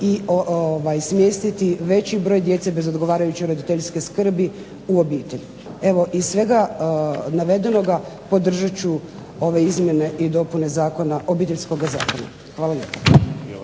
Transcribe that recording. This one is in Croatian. i smjestiti veći broj djece bez odgovarajuće roditeljske skrbi u obitelj. Evo iz svega navedenoga podržat ću ove izmjene i dopune Obiteljskoga zakona. Hvala lijepa.